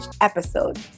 episode